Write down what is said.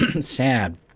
sad